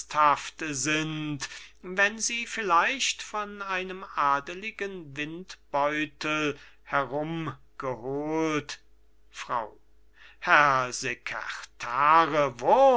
sind wenn sie vielleicht von einem adeligen windbeutel herumgeholt frau herr sekertare wurm